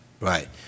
Right